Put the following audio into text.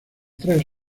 tres